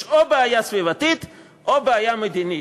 יש או בעיה סביבתית או בעיה מדינית.